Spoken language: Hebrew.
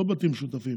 לא בתים משותפים,